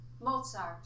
Mozart